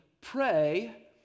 pray